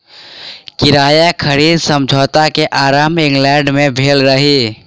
किराया खरीद समझौता के आरम्भ इंग्लैंड में भेल रहे